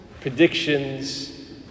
predictions